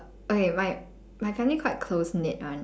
okay my my family quite close knit [one]